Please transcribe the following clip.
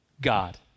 God